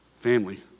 family